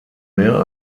mehr